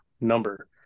number